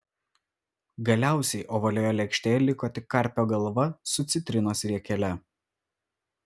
galiausiai ovalioje lėkštėje liko tik karpio galva su citrinos riekele